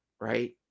right